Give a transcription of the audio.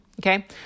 Okay